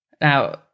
Now